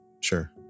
Sure